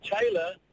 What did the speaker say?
Taylor